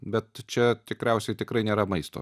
bet čia tikriausiai tikrai nėra maisto